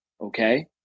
okay